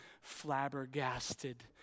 flabbergasted